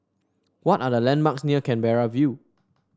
what are the landmarks near Canberra View